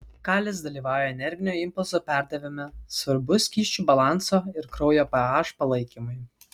kalis dalyvauja nervinio impulso perdavime svarbus skysčių balanso ir kraujo ph palaikymui